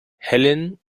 helen